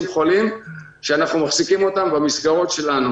חולים שאנחנו מחזיקים אותם במסגרות שלנו.